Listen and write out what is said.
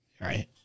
right